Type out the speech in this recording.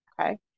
Okay